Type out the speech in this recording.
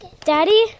Daddy